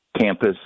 campus